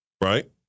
Right